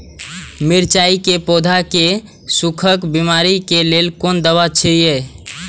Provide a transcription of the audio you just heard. मिरचाई के पौधा के सुखक बिमारी के लेल कोन दवा अछि?